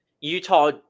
Utah